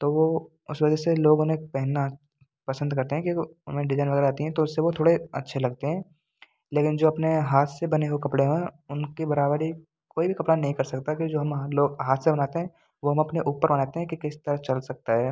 तो वो उस वजह से लोग उन्हें पहनना पसंद करते हैं क्योंकि उनमें डिजाइन वगैरह आती हैं तो उससे वो थोड़े अच्छे लगते हैं लेकिन जो अपने हाथ से बने हुए कपड़े हैं उनकी बराबरी कोई भी कपड़ा नहीं कर सकता कि जो हम लोग हाथ से बनाते हैं वो हम अपने ऊपर बनाते हैं कि किस तरह चल सकता है